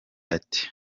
ati